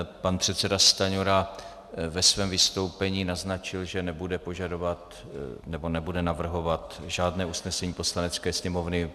Pan předseda Stanjura ve svém vystoupení naznačil, že nebude požadovat, nebo nebude navrhovat žádné usnesení Poslanecké sněmovny.